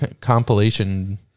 compilation